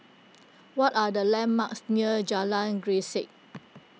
what are the landmarks near Jalan Grisek